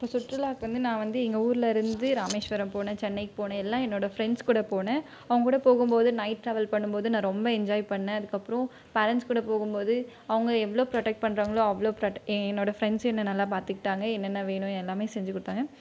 இப்போ சுற்றுலாவுக்கு வந்து நான் வந்து எங்கள் ஊரில் இருந்து ராமேஸ்வரம் போனேன் சென்னைக் போனேன் எல்லாம் என்னோட ஃப்ரெண்ட்ஸ் கூட போனேன் அவங்க கூட போகும்போது நைட் ட்ராவல் பண்ணும்போது நான் ரொம்ப என்ஜாய் பண்ணிணேன் அதுக்கப்புறம் பேரெண்ட்ஸ் கூட போகும்போது அவங்க எவ்வளோ ப்ரொடக்ட் பண்ணுறாங்களோ அவ்வளோ ப்ரொட் எ என்னோட ஃப்ரெண்ட்ஸ் என்ன நல்லா பார்த்துக்டாங்க என்னென்ன வேணும் எல்லாமே செஞ்சு கொடுத்தாங்க